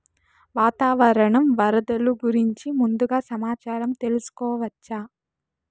వాతావరణం వరదలు గురించి ముందుగా సమాచారం తెలుసుకోవచ్చా?